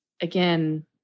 again